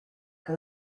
que